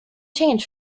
change